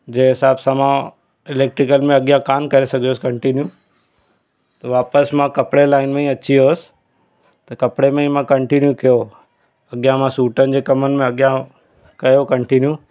जंहिं हिसाब सां मां इलैक्ट्रिकल में अॻियां कान करे सघयुसि कंटिन्यू त वापसि मां कपिड़े जी लाइन में ई अची वियो हुअसि त कपिड़े जी मां कंटिन्यू कयो अॻियां मां सूटनि जे कमनि में अॻियां कयो कंटिन्यू